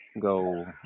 go